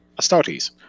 Astartes